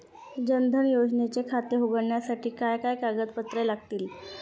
जनधन योजनेचे खाते उघडण्यासाठी काय काय कागदपत्रे लागतील?